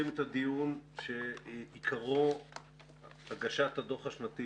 אנחנו נתחיל את הדיון שעיקרו הגשת הדוח השנתי